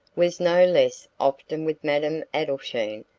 was no less often with madame adelschein,